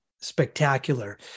spectacular